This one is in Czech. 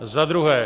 Za druhé.